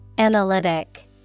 analytic